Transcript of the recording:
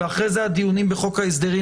ואחרי זה הדיונים בחוק ההסדרים,